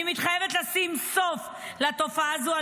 אני מתחייבת לשים סוף לתופעה הזאת,